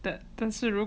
但是如